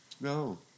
No